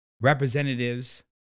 representatives